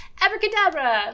abracadabra